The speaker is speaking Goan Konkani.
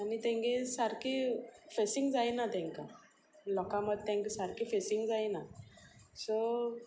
आनी तेंगे सारकी फेसींग जायना तांकां लोकां मदी तांकां सारकें फेसींग जायना सो